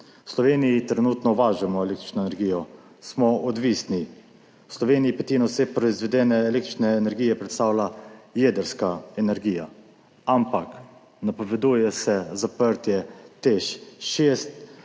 Sloveniji trenutno uvažamo električno energijo, smo odvisni. V Sloveniji petino vse proizvedene električne energije predstavlja jedrska energija. Ampak napoveduje se zaprtje Teš